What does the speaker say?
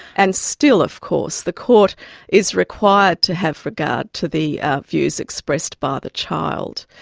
and still of course the court is required to have regard to the views expressed by the child.